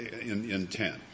intent